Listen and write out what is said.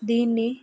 దీన్ని